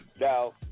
now